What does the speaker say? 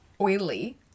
oily